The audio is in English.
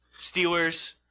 Steelers